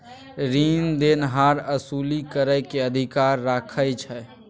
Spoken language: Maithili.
रीन देनहार असूली करइ के अधिकार राखइ छइ